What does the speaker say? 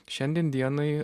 šiandien dienai